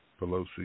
Pelosi